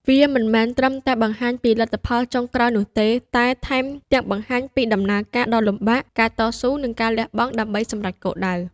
វាមិនមែនត្រឹមតែបង្ហាញពីលទ្ធផលចុងក្រោយនោះទេ តែថែមទាំងបង្ហាញពីដំណើរការដ៏លំបាក ការតស៊ូ និងការលះបង់ដើម្បីសម្រេចគោលដៅ។